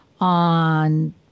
on